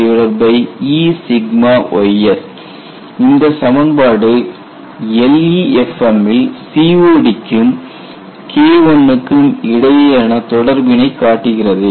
K12Eys இந்த சமன்பாடு LEFM ல் COD க்கும் K1 க்கும் இடையேயான தொடர்பினை காட்டுகிறது